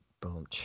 boom